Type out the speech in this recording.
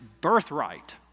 birthright